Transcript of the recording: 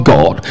God